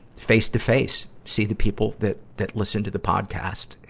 face-to-face, see the people that, that listen to the podcast,